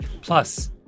Plus